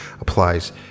applies